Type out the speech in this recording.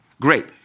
Great